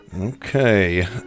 Okay